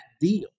deal